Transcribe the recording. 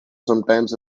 sometimes